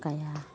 ꯀꯌꯥ